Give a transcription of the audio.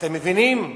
אתם מבינים?